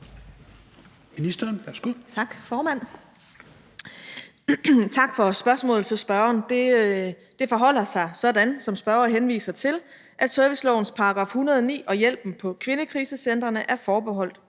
ældreministeren (Astrid Krag): Tak til spørgeren for spørgsmålet. Det forholder sig sådan, som spørgeren henviser til, at servicelovens § 109 og hjælpen på kvindekrisecentrene er forbeholdt